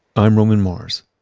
i'm roman mars